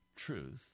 truth